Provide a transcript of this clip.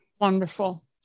Wonderful